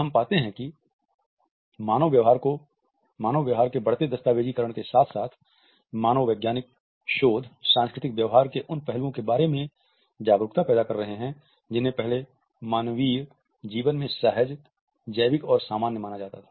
हम पाते हैं कि मानव व्यवहार के बढ़ते दस्तावेज़ीकरण के साथ साथ मानव वैज्ञानिक शोध सांस्कृतिक व्यवहार के उन पहलुओं के बारे में जागरूकता पैदा कर रहे हैं जिन्हें पहले मानवीय जीवन में सहज जैविक और सामान्य माना जाता था